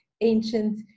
ancient